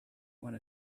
one